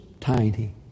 tiny